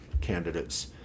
candidates